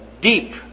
deep